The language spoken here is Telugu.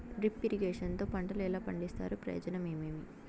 డ్రిప్ ఇరిగేషన్ లో పంటలు ఎలా పండిస్తారు ప్రయోజనం ఏమేమి?